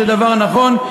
זה דבר נכון.